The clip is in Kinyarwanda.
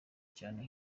cyane